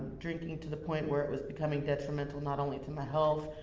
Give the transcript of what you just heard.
drinking to the point where it was becoming detrimental not only to my health,